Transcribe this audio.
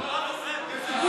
תעביר לוועדת הכנסת.